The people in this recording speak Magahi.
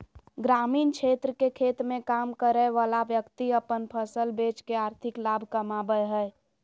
ग्रामीण क्षेत्र के खेत मे काम करय वला व्यक्ति अपन फसल बेच के आर्थिक लाभ कमाबय हय